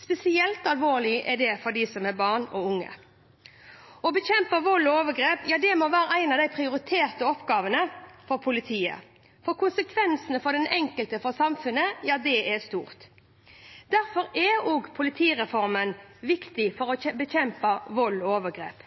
Spesielt alvorlig er det for barn og unge. Å bekjempe vold og overgrep må være en av de prioriterte oppgavene for politiet, for konsekvensene for den enkelte og for samfunnet er store. Derfor er også politireformen viktig for å bekjempe vold og overgrep.